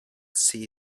sea